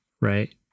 right